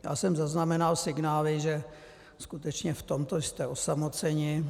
Já jsem zaznamenal signály, že skutečně v tomto jste osamoceni.